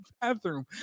bathroom